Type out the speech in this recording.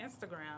Instagram